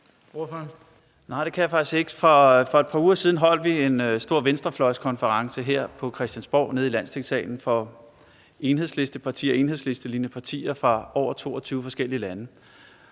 For et par uger siden holdt vi en stor venstrefløjskonference her på Christiansborg i Landstingssalen for Enhedslistenlignende partier fra over 22 forskellige lande.